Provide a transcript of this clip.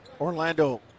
Orlando